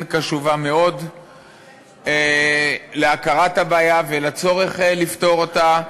קשובה מאוד להכרת הבעיה ולצורך לפתור אותה.